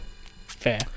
Fair